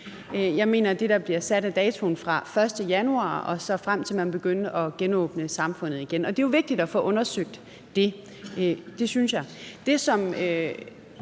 Jeg mener, at det, der bliver omfattet, er fra den 1. januar og frem til, at man begyndte at genåbne samfundet igen. Det er jo vigtigt at få undersøgt det, synes jeg. Det, som